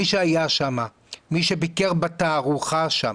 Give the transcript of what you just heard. מי שהיה שם, מי שביקר בתערוכה שם,